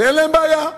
ואין להם בעיה.